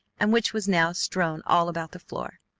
and which was now strewn all about the floor.